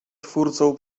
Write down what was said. twórcą